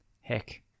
Heck